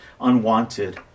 unwanted